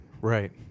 Right